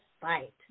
fight